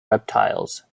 reptiles